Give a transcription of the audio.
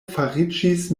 fariĝis